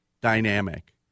dynamic